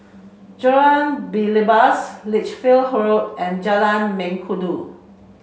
Jalan Belibas Lichfield Road and Jalan Mengkudu